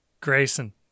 Grayson